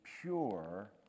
pure